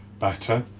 batter.